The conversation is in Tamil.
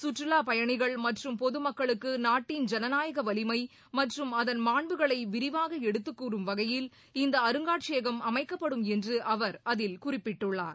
சுற்றுலாப் பயணிகள் மற்றும் பொதுமக்களுக்கு நாட்டின் ஜனநாயக வலிமை மற்றும் மாண்புகளை விரிவாக எடுத்துக்கூறும் வகையில் இந்த அருங்காட்சியகம் அதன் அமைக்கப்படும் என்று அவர் அதில் குறிப்பிட்டுள்ளார்